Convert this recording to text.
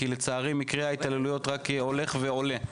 כי לצערי מקרי ההתעללויות רק הולכים ועולים.